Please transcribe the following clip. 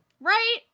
Right